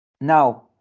Now